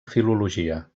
filologia